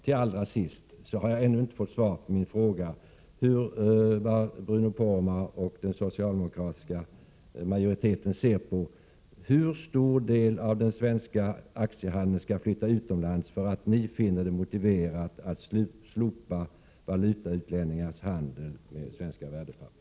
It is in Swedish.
Till allra sist har jag ännu inte fått svar på min fråga: Hur stor del av den svenska aktiehandeln skall flytta utomlands för att Bruno Poromaa och den socialdemokratiska majoriteten skall finna det motiverat att slopa omsättningsskatten på valutautlänningars handel med svenska värdepapper?